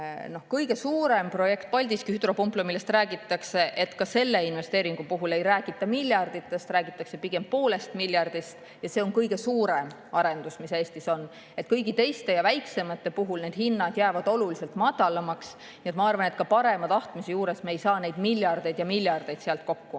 kõige suurem projekt Paldiski hüdropumpla, millest räägitakse. Ka selle investeeringu puhul ei räägita miljarditest, räägitakse pigem poolest miljardist. See on kõige suurem arendus, mis Eestis on. Kõigi teiste ja väiksemate puhul jäävad hinnad oluliselt madalamaks. Ma arvan, et ka parima tahtmise juures ei saa me neid miljardeid ja miljardeid sealt kokku.